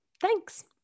Thanks